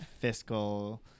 fiscal